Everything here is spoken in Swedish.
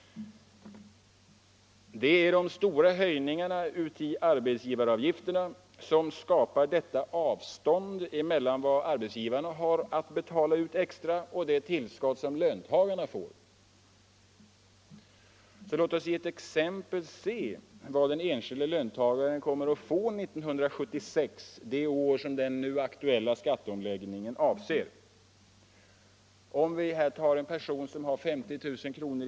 Det är de stora höjningarna i arbetsgivaravgifterna som skapar detta avstånd mellan vad arbetsgivarna har att betala ut extra och det tillskott som löntagarna får. Låt oss i ett exempel se vad den enskilde löntagaren kommer att få 1976, det år som den nu aktuella skatteomläggningen avser. Om vi här tar en person som förra året hade 50 000 kr.